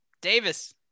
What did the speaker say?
Davis